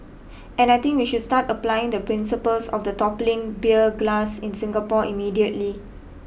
and I think we should start applying the principles of the toppling beer glass in Singapore immediately